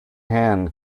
hand